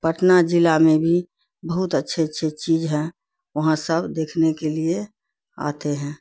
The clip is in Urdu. پٹنہ ضلع میں بھی بہت اچھے اچھے چیز ہیں وہاں سب دیکھنے کے لیے آتے ہیں